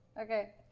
Okay